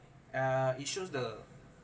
uh it shows the